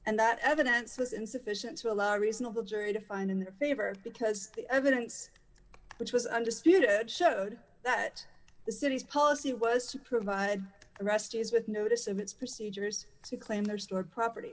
and that evidence was insufficient to allow a reasonable jury to find in their favor because the evidence which was understood showed that the city's policy was to provide rescues with notice and it's pursued yours to claim their store property